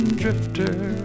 drifter